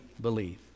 believe